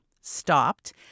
stopped